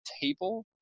table